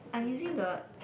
I'm using the